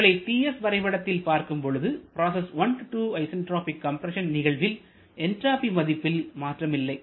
இவைகளை Ts வரைபடத்தில் பார்க்கும் பொழுது ப்ராசஸ் 1 2 ஐசன்டிராபிக் கம்ப்ரஸன் நிகழ்வில் என்ட்ராபி மதிப்பில் மாற்றம் இல்லை